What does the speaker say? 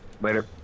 Later